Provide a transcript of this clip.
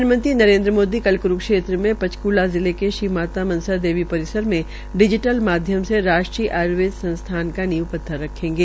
प्रधानमंत्री नरेन्द्र मोदी कल कुरूक्षेत्र में पंचकुला जिलो से श्रीमाता मनसा देवी परिसर में डिजीटल माध्यम से राष्ट्रीय आय्वेद संस्थान का नींव पत्थर रखेंगे